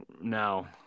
now